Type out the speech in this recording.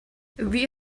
wie